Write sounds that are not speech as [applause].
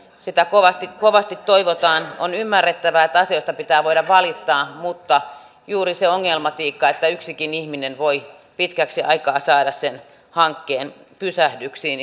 niitä kovasti toivotaan on ymmärrettävää että asioista pitää voida valittaa mutta on juuri sitä ongelmatiikkaa että yksikin ihminen voi pitkäksi aikaa saada sen hankkeen pysähdyksiin [unintelligible]